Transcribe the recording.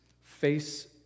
face